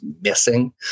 missing